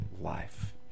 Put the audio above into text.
life